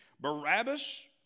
Barabbas